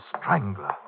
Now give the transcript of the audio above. strangler